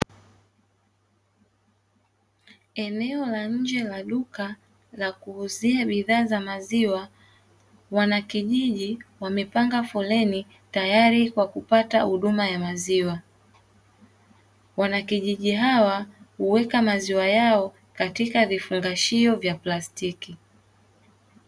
Eneo la nje ya duka la kuuzia bidhaa za maziwa wanakijiji wamepanga foleni tayari kwa kupata huduma ya maziwa, wanakijiji hawa huweka maziwa yao katika vifungashio vya plastiki.